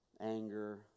anger